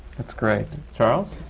that's great. charles?